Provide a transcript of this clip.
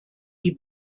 die